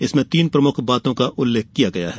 इसमें तीन प्रमुख बातों का उल्लेख किया गया है